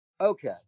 okay